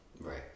Right